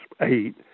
eight